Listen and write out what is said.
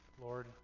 Lord